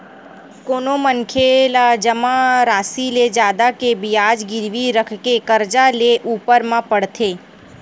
कोनो मनखे ला जमा रासि ले जादा के बियाज गिरवी रखके करजा लेय ऊपर म पड़थे